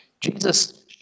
Jesus